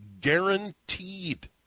guaranteed